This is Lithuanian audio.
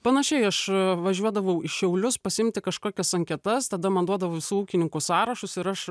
panašiai aš važiuodavau į šiaulius pasiimti kažkokias anketas tada man duodavo visų ūkininkų sąrašus ir aš